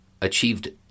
achieved